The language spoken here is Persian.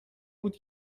بود